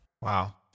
Wow